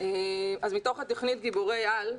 מתוך התכנית "גיבורי על",